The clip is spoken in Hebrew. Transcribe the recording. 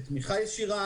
האם זאת תמיכה ישירה?